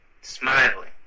smiling